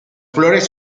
flores